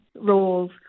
roles